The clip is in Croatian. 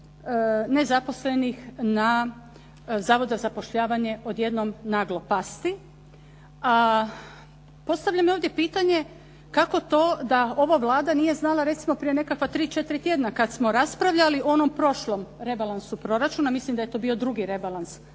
nezaposlenih na Zavoda za zapošljavanje odjednom naglo pasti. A postavljam i ovdje pitanje kako to da ova Vlada nije znala, recimo, prije nekakva tri, četiri tjedna kad smo raspravljali o onom prošlom rebalansu proračuna, mislim da je to bio drugi rebalans proračuna,